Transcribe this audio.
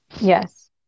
Yes